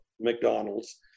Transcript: McDonald's